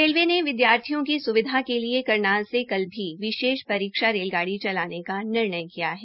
railway ने विद्यार्थियों की सुविधा के लिए करनाल से कल भी विशेष परीक्षा रेलगाड़ी चलाने का निर्णय लिया है